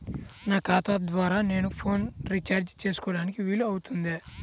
నా ఖాతా ద్వారా నేను ఫోన్ రీఛార్జ్ చేసుకోవడానికి వీలు అవుతుందా?